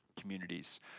communities